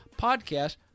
podcast